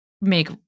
make